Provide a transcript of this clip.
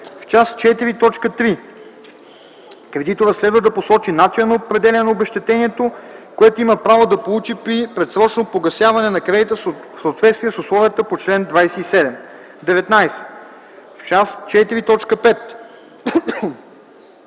В част ІV, т. 3 кредиторът следва да посочи начина на определяне на обезщетението, което има право да получи при предсрочно погасяване на кредита в съответствие с условията по чл. 27. 19. В част ІV,